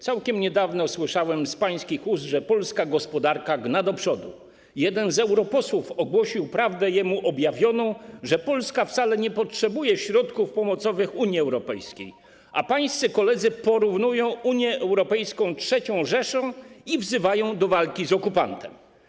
Całkiem niedawno słyszałem z pańskich ust, że polska gospodarka gna do przodu, jeden z europosłów ogłosił prawdę jemu objawioną, że Polska wcale nie potrzebuje środków pomocowych Unii Europejskiej, a pańscy koledzy porównują Unię Europejską z III Rzeszą i wzywają do walki z okupantem.